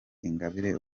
ingabire